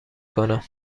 کنم